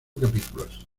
capítulos